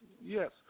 yes